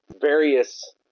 various